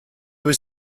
was